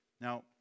Now